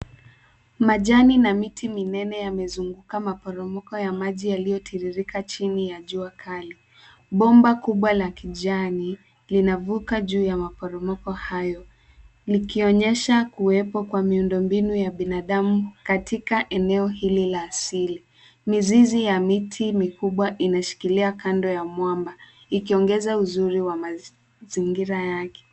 Majani na miti minene yamezunguka maporomoko ya maji yaliyotiririka chini ya jua kali. Bomba kubwa la kijani linavuka juu ya maporomoko hayo, likionyesha kuwepo kwa miundombinu ya binadamu katika eneo hili la asili. Mizizi ya miti mikubwa inashikilia kando ya mwamba, ikiongeza uzuri wa mazingira yake.